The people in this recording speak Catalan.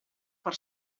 per